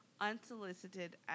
unsolicited